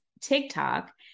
tiktok